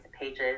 pages